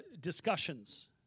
discussions